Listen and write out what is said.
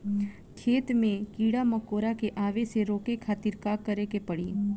खेत मे कीड़ा मकोरा के आवे से रोके खातिर का करे के पड़ी?